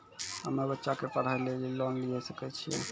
हम्मे बच्चा के पढ़ाई लेली लोन लिये सकय छियै?